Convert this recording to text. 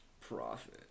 Profit